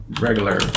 regular